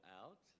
out